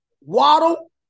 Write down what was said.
Waddle